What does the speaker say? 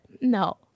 no